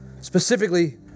specifically